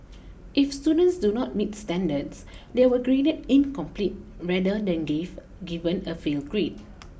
if students do not meet standards they were graded incomplete rather than give given a fail grade